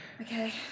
Okay